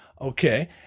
Okay